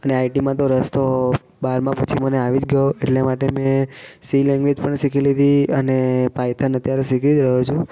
અને આઇટીમાં તો રસ તો બારમા પછી મને આવી જ ગયો એટલે માટે મેં સી લેંગ્વેજ પણ શીખી લીધી અને પાઇથન અત્યારે શીખી જ રહ્યો છું